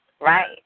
Right